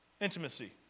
intimacy